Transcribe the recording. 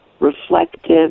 reflective